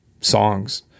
songs